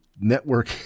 network